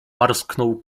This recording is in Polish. parsknął